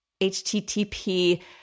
http